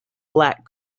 black